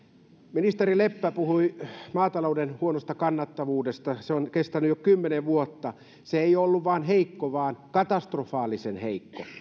ministeri leppä puhui maatalouden huonosta kannattavuudesta joka on kestänyt jo kymmenen vuotta se ei ole ollut vain heikko vaan katastrofaalisen heikko